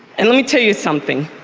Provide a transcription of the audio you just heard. and let me tell you something.